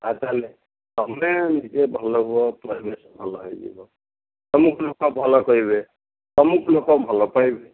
ଆ ତା'ହେଲେ ତୁମେ ନିଜେ ଭଲ ହୁଅ ପରିବେଶ ଭଲ ହୋଇଯିବ ତୁମକୁ ଲୋକ ଭଲ କହିବେ ତୁମକୁ ଲୋକ ଭଲପାଇବେ